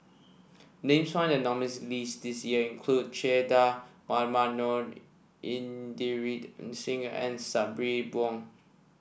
names found in the nominees' list this year include Che Dah Mohamed Noor Inderjit Singh and Sabri Buang